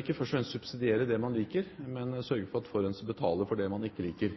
ikke først og fremst subsidiere det man liker, men sørge for at forurenser betaler for det man ikke liker.